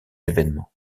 événement